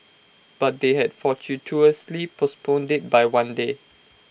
but they had fortuitously postponed IT by one day